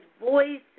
voice